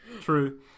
true